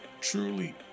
truly